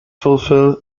fulfilled